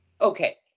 Okay